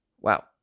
Wow